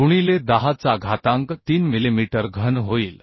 गुणिले 10चा घातांक 3 मिलिमीटर घन होईल